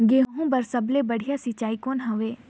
गहूं बर सबले बढ़िया सिंचाई कौन हवय?